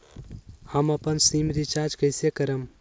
हम अपन SIM recharge कइसे करम?